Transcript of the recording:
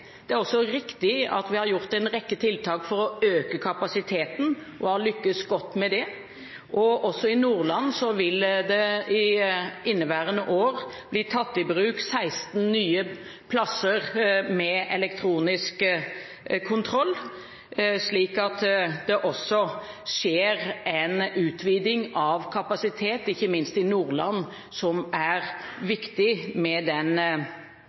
Det er også riktig at vi har gjort en rekke tiltak for å øke kapasiteten og har lyktes godt med det. I Nordland vil det i inneværende år bli tatt i bruk 16 nye plasser med elektronisk kontroll, slik at det også skjer en utviding av kapasiteten der, noe som er viktig med hensyn til den situasjonen vi nå har ikke minst i